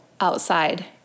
outside